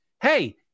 Hey